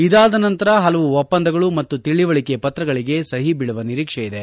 ಇದಾದ ನಂತರ ಹಲವು ಒಪ್ಪಂದಗಳು ಮತ್ತು ತಿಳವಳಕೆ ಪತ್ರಗಳಗೆ ಸಹಿ ಬೀಳುವ ನಿರೀಕ್ಷೆ ಇದೆ